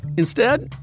instead,